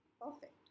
Perfect